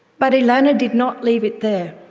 but elana did not leave it there.